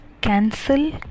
cancel